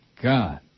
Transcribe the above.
God